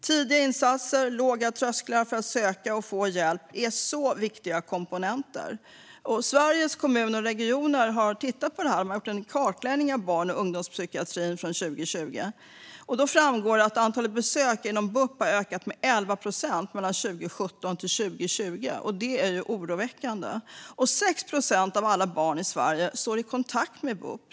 Tidiga insatser och låga trösklar för att söka och få hjälp är så viktiga komponenter. Sveriges Kommuner och Regioner har tittat på detta och gjorde en kartläggning av barn och ungdomspsykiatrin 2020. Där framgår att antalet besök inom bup har ökat med 11 procent mellan 2017 och 2020. Det är oroväckande. Och 6 procent av alla barn i Sverige står i kontakt med bup.